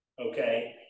okay